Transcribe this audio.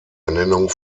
ernennung